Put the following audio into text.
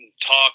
talk